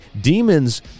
demons